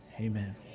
Amen